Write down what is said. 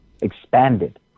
expanded